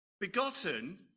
Begotten